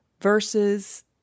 versus